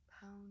pound